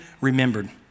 remembered